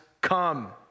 come